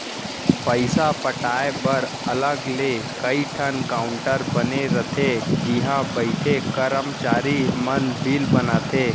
पइसा पटाए बर अलग ले कइ ठन काउंटर बने रथे जिहॉ बइठे करमचारी मन बिल बनाथे